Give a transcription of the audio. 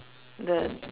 the